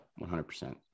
100%